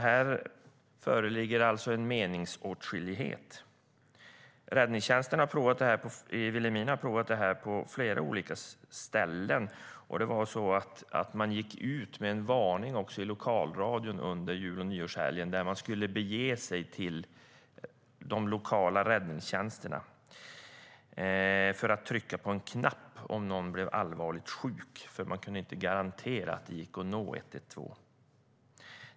Här föreligger alltså en meningsskiljaktighet. Räddningstjänsten i Vilhelmina har provat på flera olika ställen, och de gick ut med en varning i lokalradion under jul och nyårshelgen om att man skulle bege sig till de lokala räddningstjänsterna för att trycka på en knapp om någon blev allvarligt sjuk, då de inte kunde garantera att det gick att nå 112.